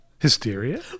Hysteria